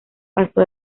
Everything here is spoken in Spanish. pasó